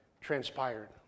transpired